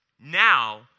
now